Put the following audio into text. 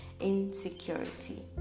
insecurity